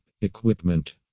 Equipment